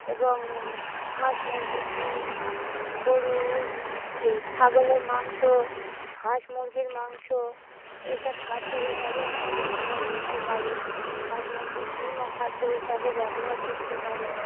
এবং হাঁস মুরগির ডিম গরুর এই ছাগলের মাংস হাঁস মুরগির মাংস এসব খাদ্য হিসাবে আমরা ব্যবহার করতে পারি হাঁস মুরগির ডিমও খাদ্য হিসাবে ব্যবহার করতে পারি